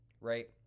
right